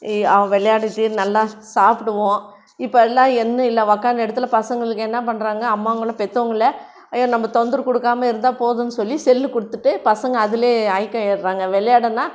இ விளையாடிட்டு நல்லா சாப்பிடுவோம் இப்போ எல்லாம் ஒன்றும் இல்லை உக்காந்த இடத்துல பசங்களுக்கு என்ன பண்ணுறாங்க அம்மாங்களும் பெற்றவங்களே ஐயோ நம்ப தொந்தரவு கொடுக்காம இருந்தால் போதும்னு சொல்லி செல்லு கொடுத்துட்டு பசங்கள் அதிலே ஐக்கியம் ஆயிடறாங்க விளையாடுனா